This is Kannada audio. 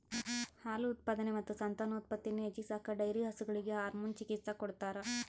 ಹಾಲು ಉತ್ಪಾದನೆ ಮತ್ತು ಸಂತಾನೋತ್ಪತ್ತಿಯನ್ನು ಹೆಚ್ಚಿಸಾಕ ಡೈರಿ ಹಸುಗಳಿಗೆ ಹಾರ್ಮೋನ್ ಚಿಕಿತ್ಸ ಕೊಡ್ತಾರ